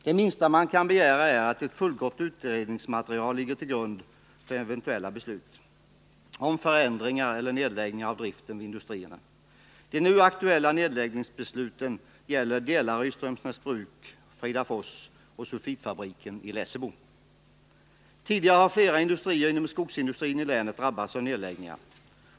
Det minsta man kan begära är att ett fullgott utredningsmaterial ligger till grund för eventuella beslut om förändringar eller nedläggningar av driften vid industrierna. De nu aktuella nedläggningsbesluten gäller Delary, Strömsnäsbruk, Fridafors och sulfitfabriken i Lessebo. Tidigare har flera industrier i länet drabbats av nedläggningar.